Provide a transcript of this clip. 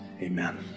amen